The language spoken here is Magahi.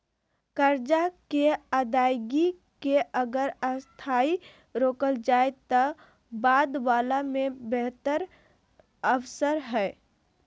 कर्जा के अदायगी के अगर अस्थायी रोकल जाए त बाद वला में बेहतर अवसर हइ